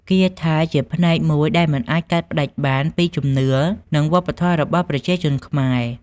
គាថាជាផ្នែកមួយដែលមិនអាចកាត់ផ្តាច់បានពីជំនឿនិងវប្បធម៌របស់ប្រជាជនខ្មែរ។